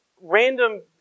random